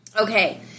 Okay